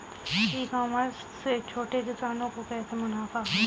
ई commerce से छोटे किसानों को कैसे मुनाफा होगा?